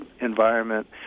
environment